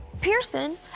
Pearson